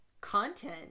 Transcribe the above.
content